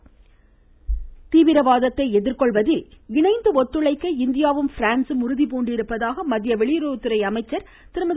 சுஷ்மா தீவிரவாதத்தை எதிர்கொள்வதில் இணைந்து ஒத்துழைக்க இந்தியாவும் பிரான்சும் உறுதிபூண்டிருப்பதாக மத்திய வெளியுறவுத்துறை அமைச்சர் திருமதி